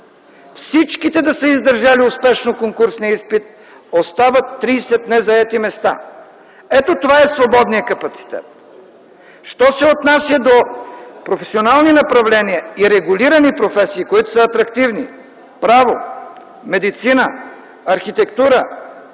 Всичките да са издържали успешно конкурсния изпит, остават 30 незаети места. Ето това е свободният капацитет. Що се отнася до професионални направления и регулирани професии, които са атрактивни: право, медицина, архитектура,